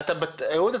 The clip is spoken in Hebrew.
אהוד,